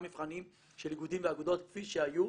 מבחנים של איגודים ואגודות כפי שהיו,